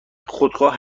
خودخواه